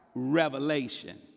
revelation